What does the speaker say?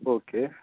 okay